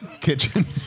kitchen